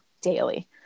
daily